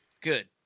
good